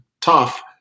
tough